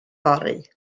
fory